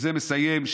אני מסיים.